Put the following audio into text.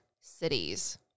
cities